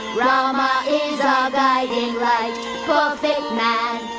rama is our guiding light perfect man,